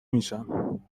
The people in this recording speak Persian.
میشم